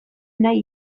nahi